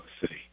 city